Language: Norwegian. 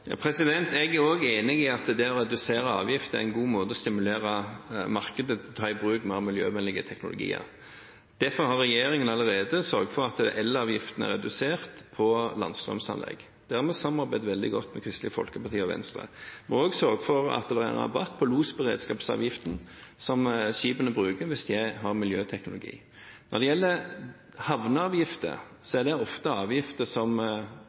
måte å stimulere markedet til å ta i bruk mer miljøvennlige teknologier på. Derfor har regjeringen allerede sørget for at elavgiftene for landstrømanlegg er redusert. Her har vi samarbeidet veldig godt med Kristelig Folkeparti og Venstre. Vi har også sørget for at det er rabatt på losberedskapsavgiften, som skipene får hvis de har miljøteknologi. Når det gjelder havneavgifter, er det ofte avgifter som